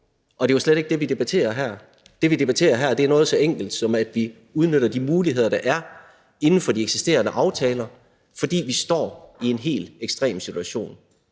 og det er jo slet ikke det, vi debatterer her. Det, vi debatterer her, er noget så enkelt, som at vi udnytter de muligheder, der er, inden for de eksisterende aftaler, fordi vi står i en helt ekstrem situation.